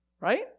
Right